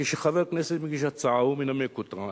כשחבר הכנסת מנמק את ההצעה שלו,